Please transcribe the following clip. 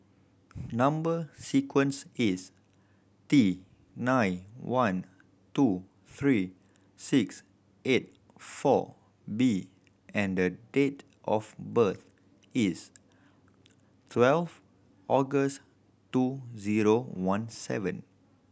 number sequence is T nine one two three six eight four B and date of birth is twelve August two zero one seven